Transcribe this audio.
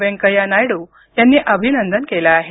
वेंकय्या नायडू यांनी अभिनंदन केलं आहे